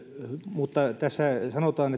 mutta tässä sanotaan